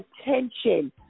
attention